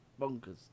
bonkers